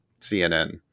CNN